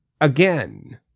again